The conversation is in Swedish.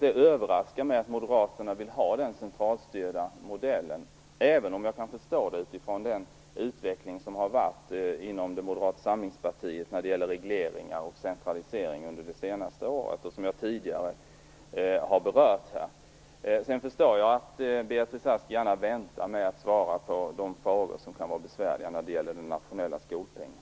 Det överraskar mig att Moderaterna vill ha denna centralstyrda modell, även om jag kan förstå det utifrån den utveckling som har ägt rum inom Moderata samlingspartiet när det gäller regleringar och centralisering under det senaste året och som jag tidigare har berört här. Jag förstår att Beatrice Ask gärna väntar med att svara på de frågor som kan vara besvärliga när det gäller den nationella skolpengen.